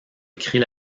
écrit